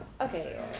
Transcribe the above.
Okay